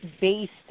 based